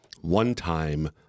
one-time